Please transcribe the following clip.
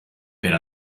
per